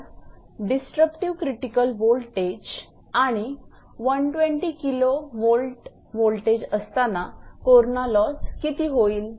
तर disruptive critical voltage आणि 120 𝑘𝑉 voltage असताना कोरणा लॉस किती होईल